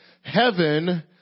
Heaven